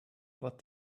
what